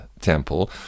temple